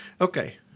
Okay